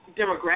demographic